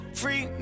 free